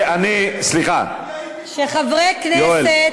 אני רוצה להתנצל בפני השוטרים שחברי כנסת,